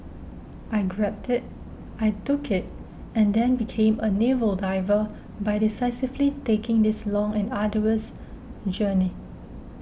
I grabbed it I took it and then became a naval diver by decisively taking this long and arduous journey